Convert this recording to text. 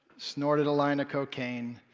snorted a line of cocaine,